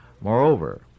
Moreover